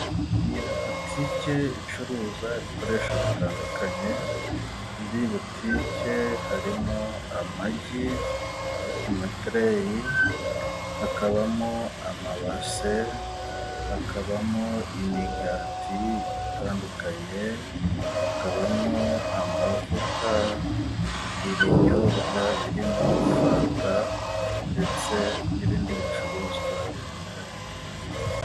Iyi ni butike icuruza ibikoresho bitandukanye, muri iyi butike harimo amagi ari ku matreyi, hakabamo amabase, hakabamo imigati itandukanye, hakabamo amavuta, ibinyobwa birimo fanta, ndetse n'ibindi bicuruzwa binyuranye.